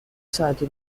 ساعتی